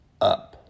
up